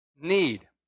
Need